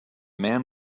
man